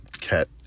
cat